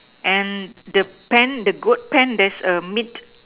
and the pen the goat pen there's a meet